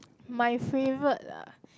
my favourite ah